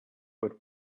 would